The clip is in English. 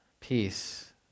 peace